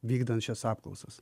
vykdant šias apklausas